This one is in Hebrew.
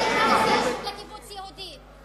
רוצה להיכנס לקיבוץ יהודי.